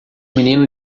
menino